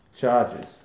charges